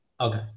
Okay